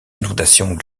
inondations